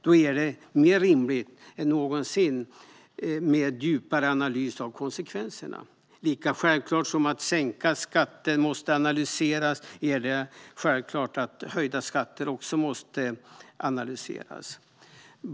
Då är det mer rimligt än någonsin med djupare analys av konsekvenserna. Lika självklart som att sänkta skatter måste analyseras är det att även höjda skatter måste analyseras.